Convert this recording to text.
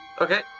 Okay